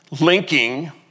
linking